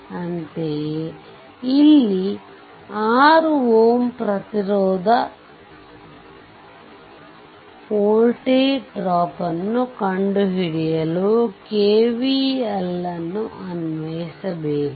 ಅಂತೆಯೇ ಇಲ್ಲಿ 6 Ω ಪ್ರತಿರೋಧದಲ್ಲಿ 6 Ω ವೋಲ್ಟೇಜ್ ಡ್ರಾಪ್ ನ್ನು ಕಂಡು ಹಿಡಿಯಲು KVL ಅನ್ನು ಅನ್ವಯಿಸಬೇಕು